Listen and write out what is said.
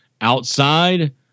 outside